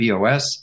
BOS